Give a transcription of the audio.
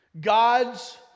God's